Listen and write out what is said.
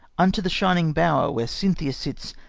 unto the shining bower where cynthia sits,